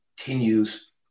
continues